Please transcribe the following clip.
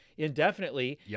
Indefinitely